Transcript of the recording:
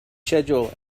schedule